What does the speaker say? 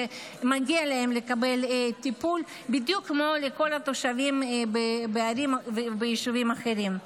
מגיע להם לקבל טיפול בדיוק כמו לכל התושבים בערים וביישובים אחרים.